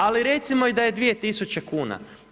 Ali recimo i da je 2000 kuna.